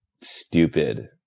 stupid